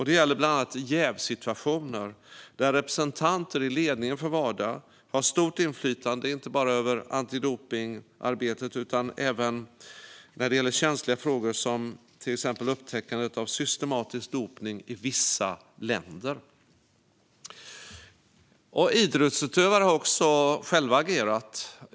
Det gäller bland annat jävssituationer, där representanter i ledningen för Wada har stort inflytande inte bara över antidopningsarbetet utan även över känsliga frågor som till exempel upptäckandet av systematisk dopning i vissa länder. Idrottsutövare har också själva agerat.